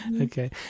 Okay